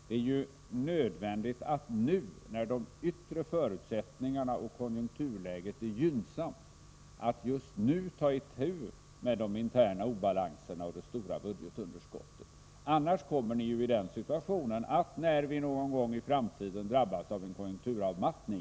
Det är nödvändigt att just nu — när de yttre förutsättningarna och konjunkturläget är gynnsamma — ta itu med de interna obalanserna och det stora budgetunderskottet. Annars kommer problemen att bli etter värre när vi någon gång i framtiden drabbas av en konjunkturavmattning.